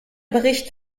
bericht